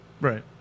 Right